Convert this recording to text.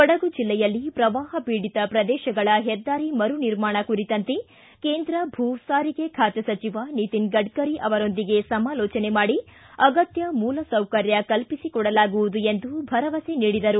ಕೊಡಗು ಜಿಲ್ಲೆಯಲ್ಲಿ ಪ್ರವಾಪ ಪೀಡಿತ ಪ್ರದೇಶಗಳ ಹೆದ್ದಾರಿ ಮರು ನಿರ್ಮಾಣ ಕುರಿತಂತೆ ಕೇಂದ್ರ ಭೂ ಸಾರಿಗೆ ಸಚಿವ ನಿತಿನ್ ಗಡ್ಡರಿ ಅವರೊಂದಿಗೆ ಸಮಾಲೋಜನೆ ಮಾಡಿ ಅಗತ್ಯ ಮೂಲ ಸೌಕರ್ಯ ಕಲ್ಪಿಸಿಕೊಡಲಾಗುವುದು ಎಂದು ಭರವಸೆ ನೀಡಿದರು